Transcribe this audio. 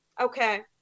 okay